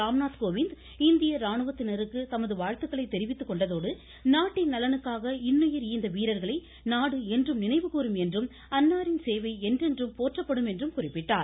ராம்நாத் கோவிந்த் இந்திய ராணுவத்தினருக்கு தமது வாழ்த்துக்களை தெரிவித்துக்கொண்டதோடு நாட்டின் நலனுக்காக இன்னுயிர் ஈந்த வீரர்களை நாடு என்றும் நினைவு கூறும் என்றும் அன்னாரின் சேவை என்றென்றும் போற்றப்படும் என்றும் குறிப்பிட்டார்